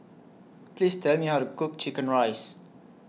Please Tell Me How to Cook Chicken Rice